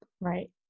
Right